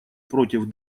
против